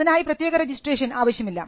അതിനായി പ്രത്യേക രജിസ്ട്രേഷൻ ആവശ്യമില്ല